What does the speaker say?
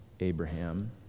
Abraham